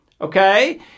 Okay